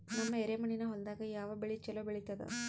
ನಮ್ಮ ಎರೆಮಣ್ಣಿನ ಹೊಲದಾಗ ಯಾವ ಬೆಳಿ ಚಲೋ ಬೆಳಿತದ?